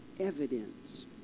Evidence